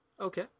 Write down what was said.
Okay